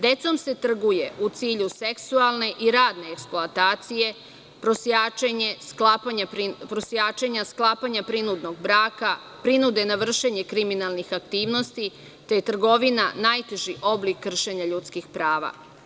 Decom se trguje u cilju seksualne i radne eksploatacije, prosjačenja, sklapanja prinudnog braka, prinude na vršenje kriminalnih aktivnosti, te je trgovina najteži oblik kršenja ljudskih prava.